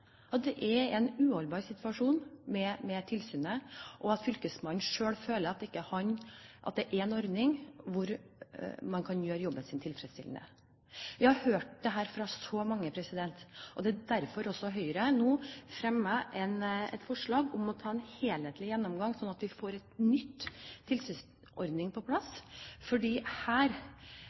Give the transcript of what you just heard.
at de hadde en uholdbar situasjon når det gjaldt tilsynsordningen, og at fylkesmannen selv følte at det ikke var en ordning hvor man kan gjøre jobben sin tilfredsstillende. Vi har hørt dette fra så mange. Derfor fremmer Høyre nå et forslag om å ta en helhetlig gjennomgang, slik at vi får en ny tilsynsordning på plass. For her